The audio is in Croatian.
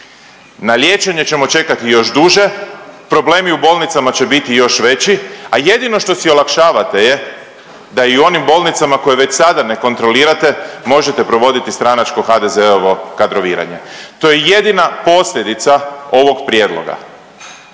na liječenje ćemo čekati još duže, problemi u bolnicama će biti još veći, a jedino što si olakšavate je da i u onim bolnicama koje već sada ne kontrolirate možete provoditi stranačko HDZ-ovo kadroviranje. To je jedina posljedica ovog prijedloga,